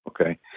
Okay